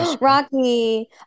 Rocky